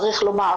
צריך לומר,